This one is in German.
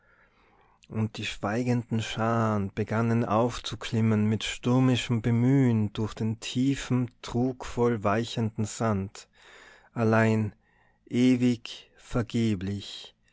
und die schweigenden scharen begannen aufzuklimmen mit stürmischem bemühen durch den tiefen trugvoll weichenden sand allein ewig vergeblich